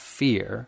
fear